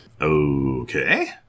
Okay